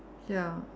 ya